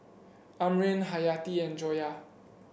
Amrin Haryati and Joyah